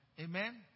Amen